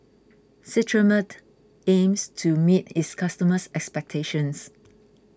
Cetrimide aims to meet its customers' expectations